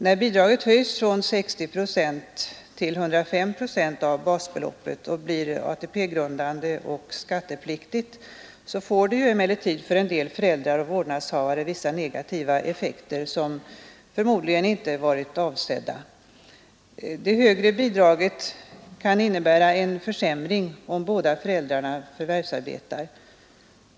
När bidraget höjs från 60 procent till 105 procent av basbeloppet och blir ATP-grundande och skattepliktigt får det emellertid för en del föräldrar och vårdnadshavare vissa negativa effekter, som förmodligen inte varit avsedda. Det högre bidraget kan innebära en försämring, om båda föräldrarna förvärvsarbetar.